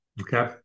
Okay